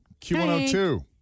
Q102